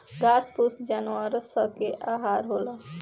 घास फूस जानवरो स के आहार होला